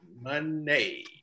Money